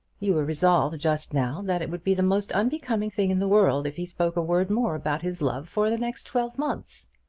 you were resolved just now that it would be the most unbecoming thing in the world if he spoke a word more about his love for the next twelve months